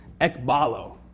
ekbalo